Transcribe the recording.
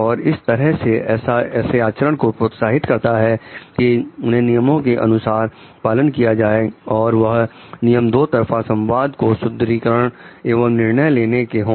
और इस तरह से ऐसे आचरण को प्रोत्साहित करता है कि उन्हें नियमों के अनुसार पालन किया जाए और वह नियम दो तरफा संवाद को सुदृढ़ीकरण एवं निर्णय लेने के हैं